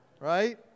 right